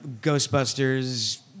Ghostbusters